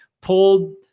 pulled